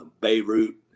Beirut